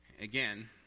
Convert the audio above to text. Again